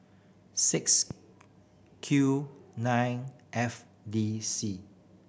six Q nine F D C